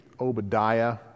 Obadiah